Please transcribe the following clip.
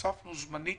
הוספנו זמנית